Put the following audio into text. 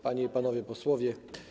Panie i Panowie Posłowie!